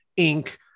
Inc